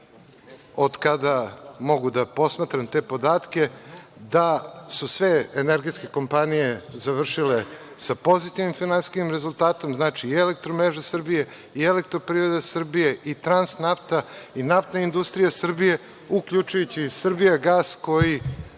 od kada mogu da posmatram te podatke, da su sve energetske kompanije završile sa pozitivnim finansijskim rezultatom, znači i Elektromreža Srbije, i Elektroprivreda Srbije, i Transnafta i NIS, uključujući i Srbijagas koji